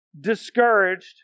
discouraged